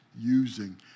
using